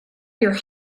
your